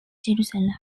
jerusalem